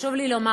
חשוב לי לומר: